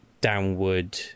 downward